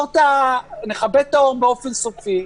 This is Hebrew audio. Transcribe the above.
ואז נכבה את האור באופן סופי,